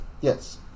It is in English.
Yes